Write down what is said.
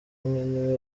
umwe